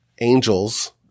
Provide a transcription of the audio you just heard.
angels